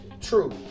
True